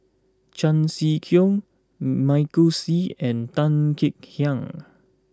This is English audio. Chan Sek Keong Michael Seet and Tan Kek Hiang